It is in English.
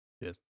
Yes